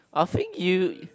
I'll fling you